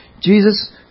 Jesus